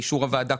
באישור הוועדה,